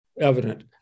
evident